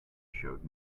showed